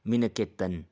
ꯃꯤꯅꯀꯦꯇꯟ